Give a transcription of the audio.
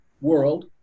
world